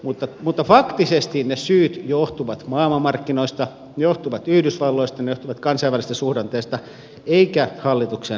mutta faktisesti ne syyt johtuvat maailmanmarkkinoista johtuvat yhdysvalloista ne johtuvat kansainvälisistä suhdanteista eivätkä hallituksen veropäätöksistä